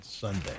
sunday